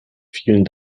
vielen